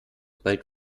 bald